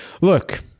look